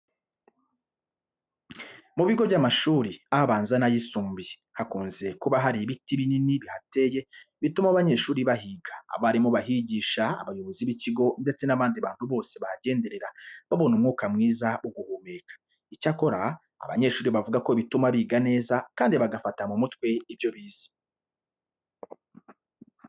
Mu bigo by'amashuri abanza n'ayisumbuye hakunze kuba hari ibiti binini bihateye bituma abanyeshuri bahiga, abarimu bahigisha, abayobozi b'ikigo ndetse n'abandi bantu bose bahagenderera babona umwuka mwiza wo guhumeka. Icyakora abanyeshuri bavuga ko bituma biga neza kandi bagafata mu mutwe ibyo bize.